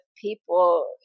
people